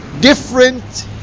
different